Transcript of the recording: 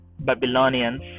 Babylonians